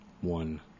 One